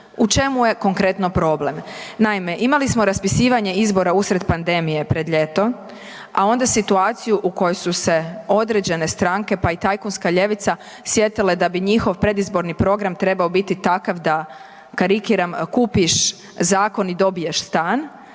U čemu je konkretno problem? Naime, imali smo raspisivanje izbora usred pandemije pred ljeto, a onda situaciju u kojoj su se određene stranke pa i tajkunska ljevica sjetila da njihov predizborni program trebao biti takav da, karikiram, kupiš zakon i dobiješ stan